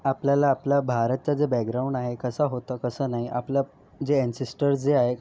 आपल्याला आपल्या भारतचं जे बॅकग्राऊंड आहे कसं होतं कसं नाही आपलं जे ॲन्सेस्टर्स जे आहे